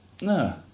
No